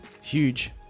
Huge